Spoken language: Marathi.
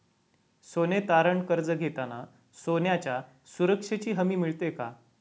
सोने तारण कर्ज घेताना सोन्याच्या सुरक्षेची हमी मिळते का?